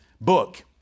book